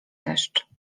deszcz